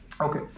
okay